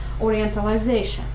orientalization